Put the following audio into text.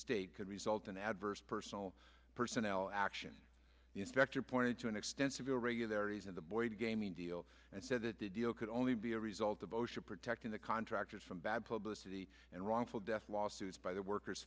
state could result in adverse personal personnel action the inspector pointed to an extensive irregularities in the boy gaming deal and said that the deal could only be a result of osha protecting the contractors from bad publicity and wrongful death lawsuit by the workers